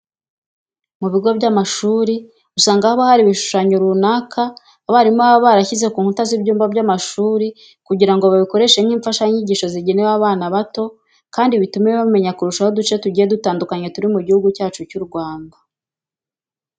Mu bigo by'amashuri usanga haba hari ibishushanyo runaka abarimu baba barashyize ku nkuta z'ibyumba by'amashuri kugira ngo babikoreshe nk'imfashanyigisho zigenewe abana bato kandi bitume bamenya kurushaho uduce tugiye dutandukanye turi mu gihugu cyacu cy'u Rwanda.